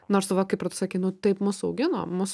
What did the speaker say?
nors va kaip ir tu sakei taip mus augino mus